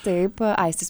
taip aistis